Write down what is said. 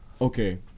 Okay